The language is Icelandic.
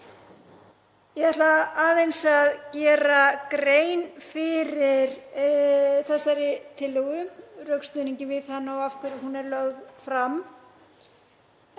Ég ætla aðeins að gera grein fyrir þessari tillögu, rökstuðningi við hana og af hverju hún er lögð fram.